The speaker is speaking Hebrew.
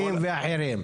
לאומיים ואחרים.